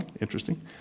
interesting